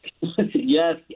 Yes